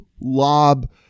lob